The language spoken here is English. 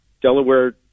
delaware